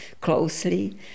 closely